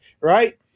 right